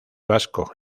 vasco